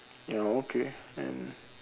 ya okay and